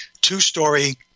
two-story